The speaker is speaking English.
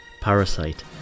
Parasite